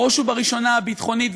בראש ובראשונה הביטחונית,